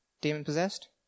demon-possessed